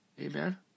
Amen